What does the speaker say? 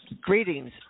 Greetings